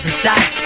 stop